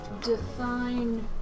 Define